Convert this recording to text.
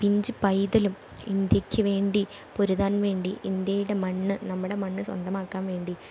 പിഞ്ചു പൈതലും ഇന്ത്യക്ക് വേണ്ടി പൊരുതാൻ വേണ്ടി ഇന്ത്യയുടെ മണ്ണ് നമ്മുടെ മണ്ണ് സ്വന്തമാക്കാൻ വേണ്ടി